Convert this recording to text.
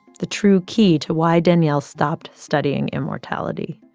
the true key to why daniel stopped studying immortality.